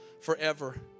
forever